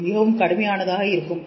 இது மிகவும் கடுமையானதாக இருக்கும்